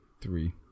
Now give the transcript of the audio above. three